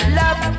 love